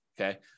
Okay